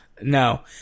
No